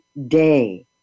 day